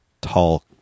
tall